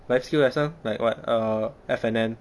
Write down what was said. life skill lessons like [what] err F&N